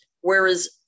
Whereas